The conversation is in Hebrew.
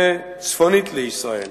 זה צפונית לישראל.